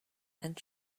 and